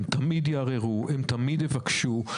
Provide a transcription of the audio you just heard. הם תמיד יערערו, הם תמיד יבקשו.